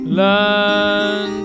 learn